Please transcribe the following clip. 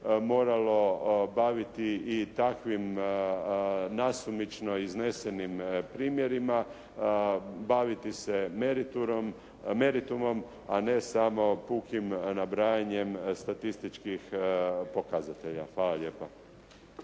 moralo baviti i takvim nasumično iznesenim primjerima, baviti se meritumom a ne samo pukim nabrajanjem statističkih pokazatelja. Hvala lijepa.